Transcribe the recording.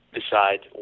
decide